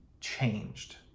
changed